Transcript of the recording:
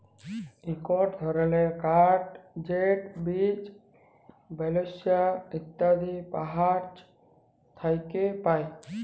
ইকট ধরলের কাঠ যেট বীচ, বালসা ইত্যাদি গাহাচ থ্যাকে পায়